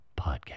podcast